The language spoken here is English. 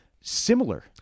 similar